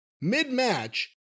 mid-match